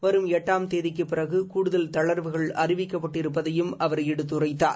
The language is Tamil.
வரும் எட்டாம் தேதிக்குப் பிறகு கூடுதல் தளா்வுகள் அறிவிக்கப்பட்டிருப்பதையும் அவர் எடுத்துரைத்தார்